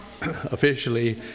officially